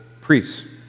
priests